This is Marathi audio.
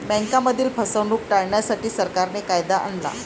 बँकांमधील फसवणूक टाळण्यासाठी, सरकारने कायदा आणला